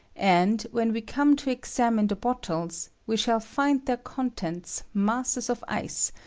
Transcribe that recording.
and, when we come to examine the bottles, we shal find their contents masses of ice,